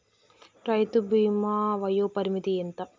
రైతు బీమా వయోపరిమితి ఎంత?